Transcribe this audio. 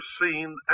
seen